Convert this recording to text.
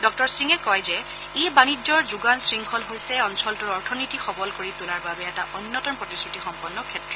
ডঃ সিঙে কয় যে ই বাণিজ্যৰ যোগান শৃংখল হৈছে অঞ্চলটোৰ অৰ্থনীতি সবল কৰি তোলাৰ বাবে এটা অন্যতম প্ৰতিশ্ৰুতিসম্পন্ন ক্ষেত্ৰ